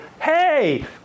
hey